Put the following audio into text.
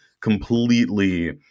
completely